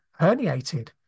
herniated